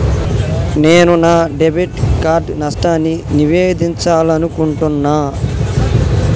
నేను నా debit card నష్టాన్ని నివేదించాలనుకుంటున్నా